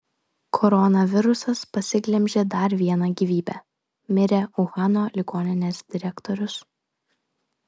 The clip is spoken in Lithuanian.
koronavirusas pasiglemžė dar vieną gyvybę mirė uhano ligoninės direktorius